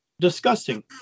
disgusting